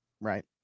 Right